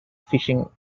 fishing